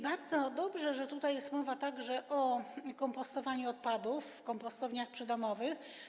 Bardzo dobrze, że tutaj jest mowa także o kompostowaniu odpadów, kompostowniach przydomowych.